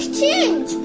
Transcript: change